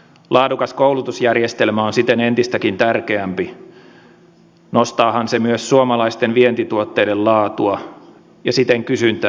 laadukas koulutusjärjestelmä on siten entistäkin tärkeämpi nostaahan se myös suomalaisten vientituotteiden laatua ja siten kysyntää ulkomailla